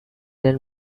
and